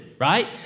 right